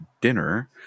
dinner